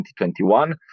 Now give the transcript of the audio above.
2021